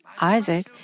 Isaac